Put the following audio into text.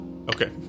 Okay